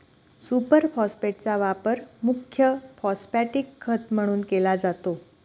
super फॉस्फेटचा वापर मुख्य फॉस्फॅटिक खत म्हणून केला जातो